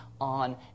on